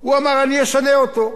הוא אמר, אני אשנה אותו.